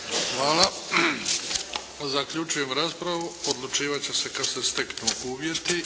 Hvala. Zaključujem raspravu. Odlučivat će se kad se steknu uvjeti.